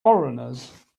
foreigners